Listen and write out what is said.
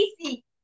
Easy